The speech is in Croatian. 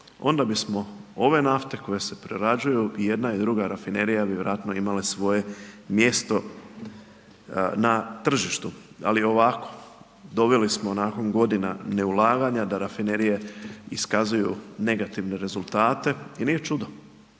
onda bismo, ove nafte, koje se prerađuju i jedna i duga rafinerija bi vjerojatno imale svoje mjesto na tržištu. Ali ovako, doveli smo nakon godina neulaganja, da rafinerije iskazuju negativne rezultate. I nije čudo,